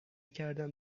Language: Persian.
کردم